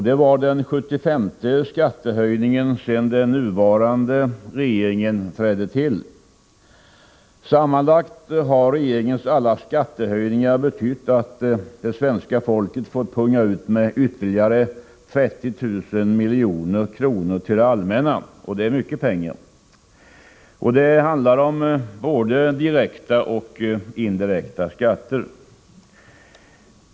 Det var den 75:e skattehöjningen sedan den nuvarande regeringen tillträdde. Sammanlagt har regeringens skattehöjningar betytt att svenska folket fått punga ut med ytterligare 30 000 milj.kr. till det allmänna. Det är mycket pengar. Det är fråga om både direkta och indirekta skatter.